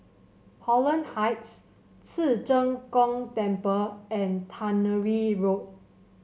Holland Heights Ci Zheng Gong Temple and Tannery Road